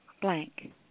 blank